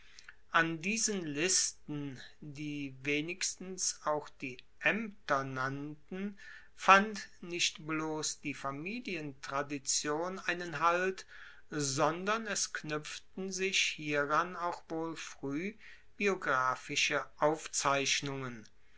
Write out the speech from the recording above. an diesen listen die wenigstens auch die aemter nannten fand nicht bloss die familientradition einen halt sondern es knuepften sich hieran auch wohl frueh biographische aufzeichnungen